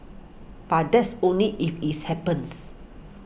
but that's only if it's happens